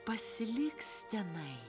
pasiliks tenai